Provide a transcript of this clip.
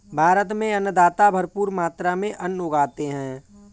भारत में अन्नदाता भरपूर मात्रा में अन्न उगाते हैं